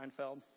Seinfeld